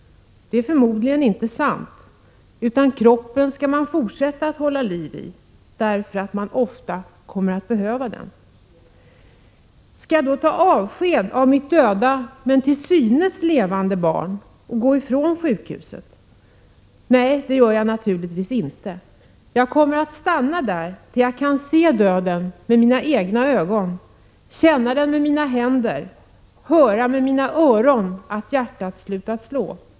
Det är förmodligen inte sant, utan kroppen skall man fortsätta att hålla liv i därför att man behöver den. Skall jag då ta avsked av mitt döda, men till synes levande barn och gå ifrån sjukhuset? Nej, det gör jag naturligtvis inte. Jag kommer att stanna där tills jag kan se döden med mina egna ögon, känna med mina händer och höra med mina öron att hjärtat slutat slå.